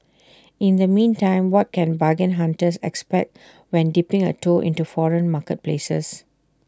in the meantime what can bargain hunters expect when dipping A toe into foreign marketplaces